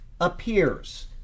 appears